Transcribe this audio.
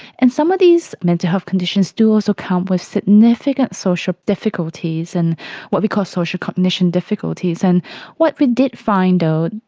and some of these mental health conditions do also come with significant social difficulties and what we call social cognition difficulties. and what we did find though,